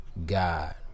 God